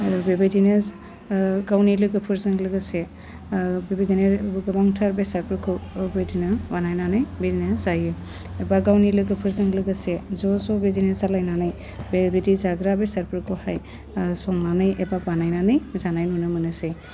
आरो बेबायदिनो गावनि लोगोफोरजों लोगोसे बेबायदिनो गोबांथार बेसादफोरखौ बेबादिनो बानायनानै बिदिनो जायो एबा गावनि लोगोफोरजों लोगोसे ज' ज' बिदिनो जालायनानै बेबायदि जाग्रा बेसादफोरखौहाय संनानै एबा बानायनानै जानाय नुनो मोनोसै